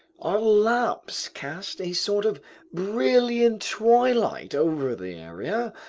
our lamps cast a sort of brilliant twilight over the area,